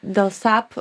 dėl sap